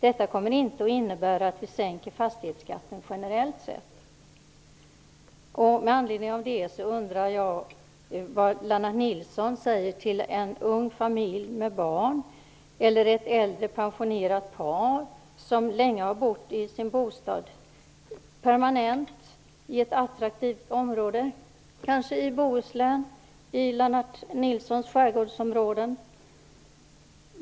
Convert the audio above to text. Detta kommer inte att innebära att vi sänker fastighetsskatten generellt sett. Med anledning av det undrar jag vad Lennart Nilsson säger till en ung familj med barn eller ett äldre pensionerat par som länge har bott permanent i sin bostad i ett attraktivt område, kanske i Bohuslän, i Lennart Nilssons skärgårdsområden.